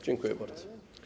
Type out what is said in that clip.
Dziękuję bardzo.